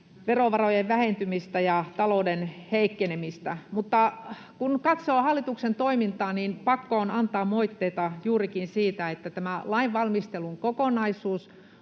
verovarojen vähentymistä ja talouden heikkenemistä. Mutta kun katsoo hallituksen toimintaa, niin pakko on antaa moitteita juurikin siitä, että tämä lainvalmistelun kokonaisuus